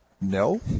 No